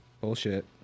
Bullshit